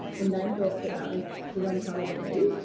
and i thought that that was the wrong colour to be